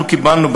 אנחנו קיבלנו,